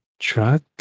truck